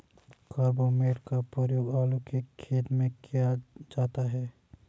carbamate का प्रयोग आलू के खेत में किया जाता है